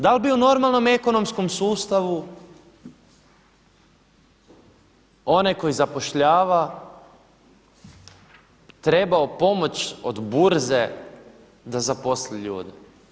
Da li bi u normalnom ekonomskom sustavu onaj koji zapošljava trebao pomoć od burze da zaposli ljude?